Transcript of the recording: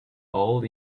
all